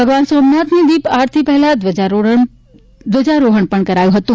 ભગવાન સોમનાથની દીપ આરતી પહેલાં ધ્વજારોહણ પણ કરાયું હતું